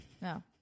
No